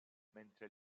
mentre